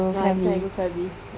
ah this [one] I go krabi